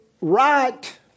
right